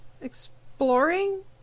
exploring